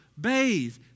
bathe